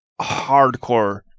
hardcore